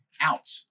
out